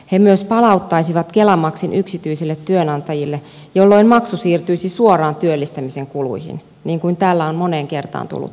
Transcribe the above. he myös palauttaisivat kela maksun yksityisille työnantajille jolloin maksu siirtyisi suoraan työllistämisen kuluihin niin kuin täällä on moneen kertaan tullut todettua